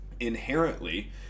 Inherently